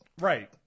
Right